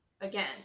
again